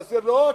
אבל זה לא הכול,